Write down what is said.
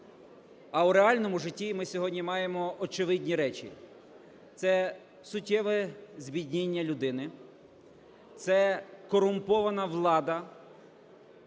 А у реальному житті ми сьогодні маємо очевидні речі – це суттєве збідніння людини, це корумпована влада,